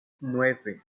nueve